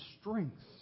strengths